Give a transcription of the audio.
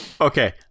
okay